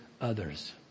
others